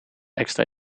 extra